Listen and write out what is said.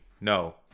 no